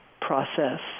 process